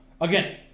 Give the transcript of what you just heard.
Again